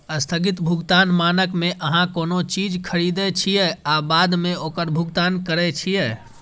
स्थगित भुगतान मानक मे अहां कोनो चीज खरीदै छियै आ बाद मे ओकर भुगतान करै छियै